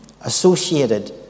associated